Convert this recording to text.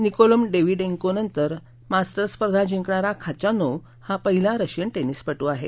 Niccolum डेविडेन्कोनंतर Masters स्पर्धा जिंकणार खाचानोव्ह हा पहिला रशियन टेनिसपट् आहे